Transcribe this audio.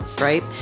right